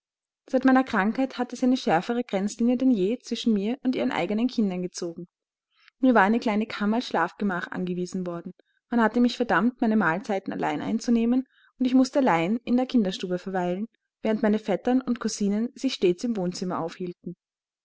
seit meiner krankheit hatte sie eine schärfere grenzlinie denn je zwischen mir und ihren eigenen kindern gezogen mir war eine kleine kammer als schlafgemach angewiesen worden man hatte mich verdammt meine mahlzeiten allein einzunehmen und ich mußte allein in der kinderstube verweilen während meine vettern und cousinen sich stets im wohnzimmer aufhielten